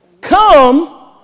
come